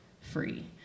free